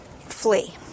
flee